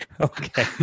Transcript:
Okay